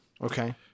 Okay